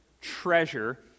treasure